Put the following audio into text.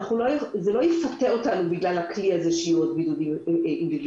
אבל הכלי הזה לא יפתה אותנו לעוד בידודים אינדיבידואליים.